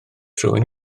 rhywun